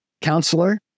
counselor